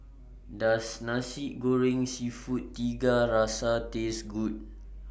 Does Nasi Goreng Seafood Tiga Rasa Taste Good